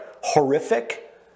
horrific